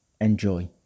Enjoy